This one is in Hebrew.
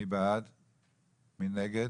מי נגד?